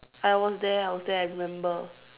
I was there I was there I remember